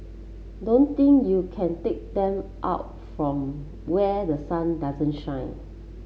don't think you can take them out from where the sun doesn't shine